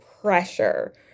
pressure